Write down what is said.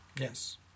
Yes